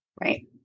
Right